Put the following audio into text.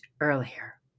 earlier